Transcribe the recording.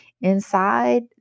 inside